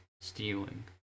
stealing